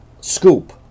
scoop